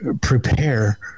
prepare